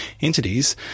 entities